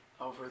over